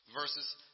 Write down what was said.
verses